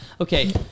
Okay